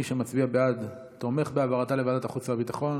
מי שמצביע בעד תומך בהעברתה לוועדת החוץ והביטחון,